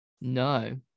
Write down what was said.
No